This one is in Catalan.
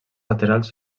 laterals